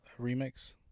remix